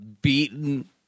Beaten